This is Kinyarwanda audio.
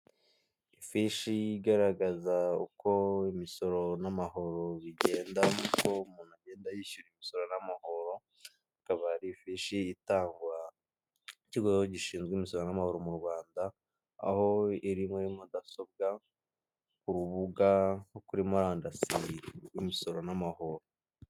Ifishi igaragaza uko imisoro n'amahoro bigenda, uko umuntu agenda yishyura imisoro n'amahoro, akaba ari ifishi itangwa ikigo gishinzwe imisoro n'amahoro mu Rwanda aho iri muri mudasobwa ku rubuga nko kuri murandasi rw'imisoro n'amahoro.